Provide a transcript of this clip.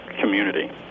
community